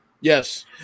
yes